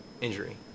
injury